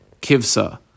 Kivsa